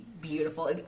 beautiful